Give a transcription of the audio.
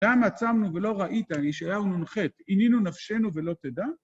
למה צמנו ולא ראית, ישעיהו נ"ח, עינינו נפשנו ולא תדע?